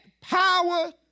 power